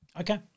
Okay